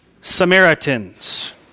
Samaritans